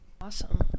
awesome